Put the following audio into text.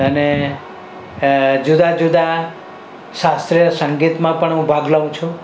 અને જુદા જુદા શાસ્ત્રીય સંગીતમાં પણ હું ભાગ લઉં છું